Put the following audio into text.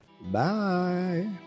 Bye